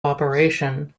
operation